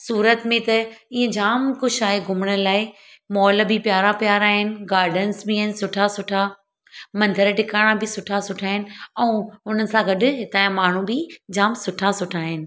सूरत में त ईअं जामु कुझु आहे घुमण लाइ मॉल बि प्यारा प्यारा आहिनि गार्डन्स बि आहिनि सुठा सुठा मंदर टिकाणा बि सुठा सुठा आहिनि ऐं उनसां गॾु हितां जा माण्हू बि जामु सुठा सुठा आहिनि